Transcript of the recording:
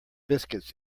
biscuits